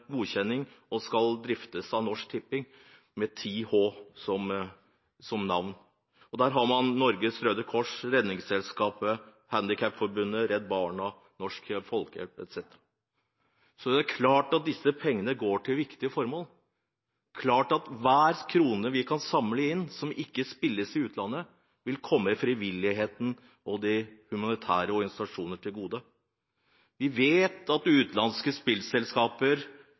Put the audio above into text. godkjenning og skal driftes av Norsk Tipping med 10H som navn. Der har man Norges Røde Kors, Redningsselskapet, Handikapforbundet, Redd Barna, Norsk Folkehjelp etc. Det er klart at disse pengene går til viktige formål, og at hver krone vi kan samle inn, som ikke spilles i utlandet, vil komme frivilligheten og de humanitære organisasjoner til gode. Vi vet at utenlandske spillselskaper